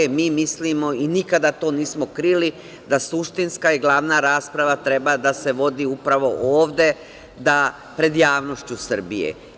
Mi mislimo i nikada to nismo krili da suštinska je glavna rasprava treba da se vodi upravo ovde pred javnošću Srbije.